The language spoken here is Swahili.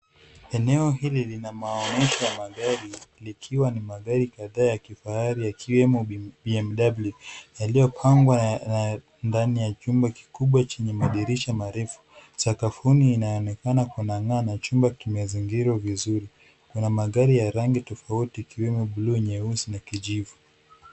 Eneo hili lina maonyesho ya magari ikiwa ni magari kadhaa ya kifahari yakiwemo BMW iliyopangwa ndani ya chumba kikubwa chenye madirisha marefu. Sakafuni inaonekana kuna ng'aa na chumba kimezingirwa vizuri. Kuna magari ya rangi tofauti ikiwemo buluu nyeusi na kijivu.